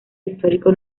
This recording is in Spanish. histórico